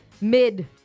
Mid